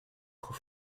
trop